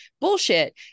Bullshit